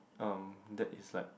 um that is like